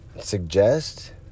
suggest